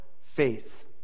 faith